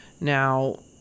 Now